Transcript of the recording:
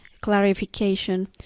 clarification